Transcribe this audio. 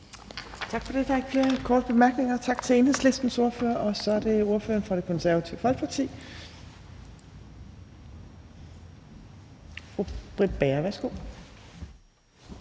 Tak for det. Der er ikke flere korte bemærkninger. Tak til Enhedslistens ordfører. Og så er det ordføreren for Det Konservative Folkeparti, fru Britt Bager. Værsgo.